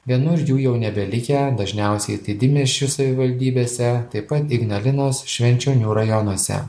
vienur jų jau nebelikę dažniausiai tai didmiesčių savivaldybėse taip pa ignalinos švenčionių rajonuose